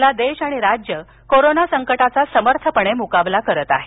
आपला देश आणि राज्य कोरोना संकटाचा समर्थपणे मुकाबला करत आहे